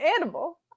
animal